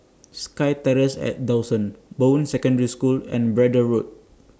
Sky Terrace At Dawson Bowen Secondary School and Braddell Road